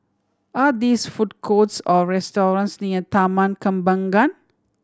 are this food courts or restaurants near Taman Kembangan